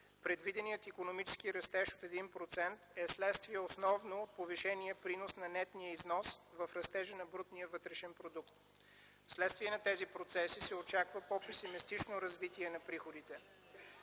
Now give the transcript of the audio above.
Предвиденият икономически растеж от 1% е вследствие основно повишения принос на нетния износ в растежа на брутния вътрешен продукт. Вследствие на тези процеси се очаква по-песимистично развитие на приходите.